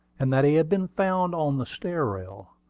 and that he had been found on the stair-rail,